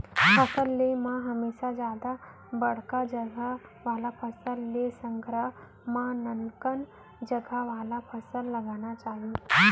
फसल ले म हमेसा जादा बड़का जर वाला फसल के संघरा म ननका जर वाला फसल लगाना चाही